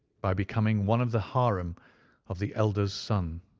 by becoming one of the harem of the elder's son.